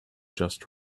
just